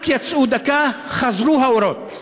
רק יצאו דקה, חזרו האורות,